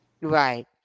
Right